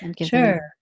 Sure